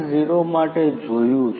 0 માટે જોયું છે